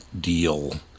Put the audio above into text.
deal